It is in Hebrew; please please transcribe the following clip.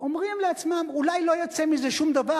אומרים לעצמם: אולי לא יצא מזה שום דבר,